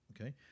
okay